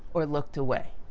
or looked away.